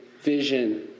vision